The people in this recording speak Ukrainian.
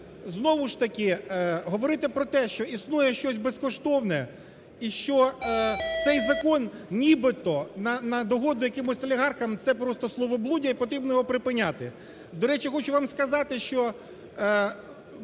знову ж таки говорити про те, що існує щось безкоштовне і що цей закон нібито на догоду якимось олігархам, це просто словоблудие і потрібно його припиняти. До речі, хочу вам сказати, що